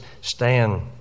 stand